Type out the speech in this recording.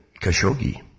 Khashoggi